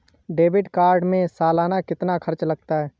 Debit card में सालाना कितना खर्च लगता है?